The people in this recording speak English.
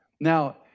Now